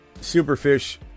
Superfish